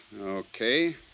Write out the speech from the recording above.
Okay